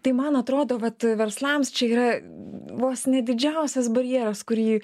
tai man atrodo vat verslams čia yra vos ne didžiausias barjeras kurį